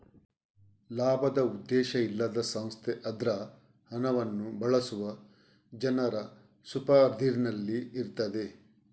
ಲಾಭದ ಉದ್ದೇಶ ಇಲ್ಲದ ಸಂಸ್ಥೆ ಅದ್ರ ಹಣವನ್ನ ಬಳಸುವ ಜನರ ಸುಪರ್ದಿನಲ್ಲಿ ಇರ್ತದೆ